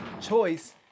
choice